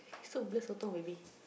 so blur sotong maybe